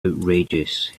outrageous